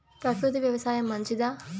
ప్రకృతి వ్యవసాయం మంచిదా?